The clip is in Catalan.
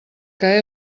que